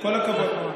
כל הכבוד.